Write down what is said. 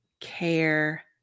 care